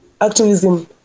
activism